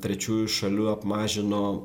trečiųjų šalių apmažino